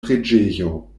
preĝejo